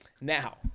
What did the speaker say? Now